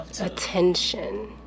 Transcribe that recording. attention